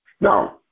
Now